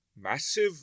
massive